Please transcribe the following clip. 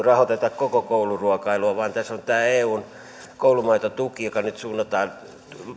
rahoiteta koko kouluruokailua vaan tässä tämä eun koulumaitotuki nyt suunnataan